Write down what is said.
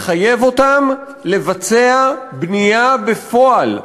לחייב אותם לבצע בנייה בפועל,